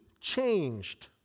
changed